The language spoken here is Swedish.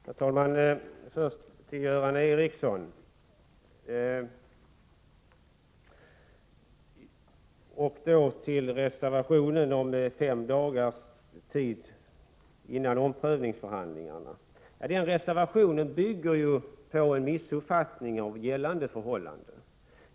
Herr talman! Först vill jag vända mig till Göran Ericsson när det gäller reservationen om fem dagars tidsfrist för omprövningsförhandling. Den reservationen bygger på en missuppfattning av gällande förhållande.